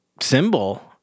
symbol